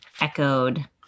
echoed